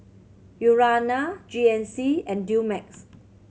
Urana G N C and Dumex